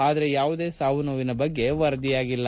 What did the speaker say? ಆದರೆ ಯಾವುದೇ ಸಾವು ನೋವಿನ ಬಗ್ಗೆ ವರದಿಯಾಗಿಲ್ಲ